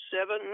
seven